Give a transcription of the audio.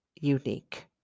unique